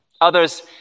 Others